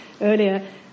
earlier